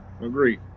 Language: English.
agree